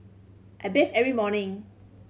I bathe every morning